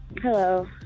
Hello